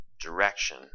direction